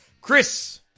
Chris